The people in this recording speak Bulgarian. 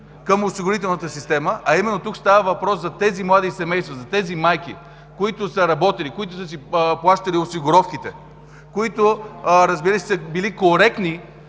към осигурителната система, а именно тук става въпрос за тези млади семейства, за тези майки, които са работили, които са си плащали осигуровките, които са били коректни